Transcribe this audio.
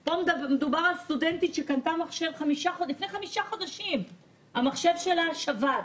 פה מדובר על סטודנטית שקנתה מחשב לפני חמישה חודשים והמחשב שלה שבת,